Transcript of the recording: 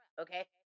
okay